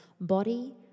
body